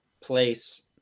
place